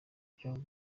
byo